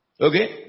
Okay